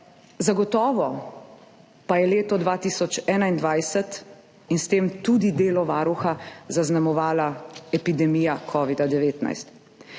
Zagotovo pa je leto 2021 in s tem tudi delo Varuha zaznamovala epidemija covida-19.